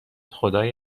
خدای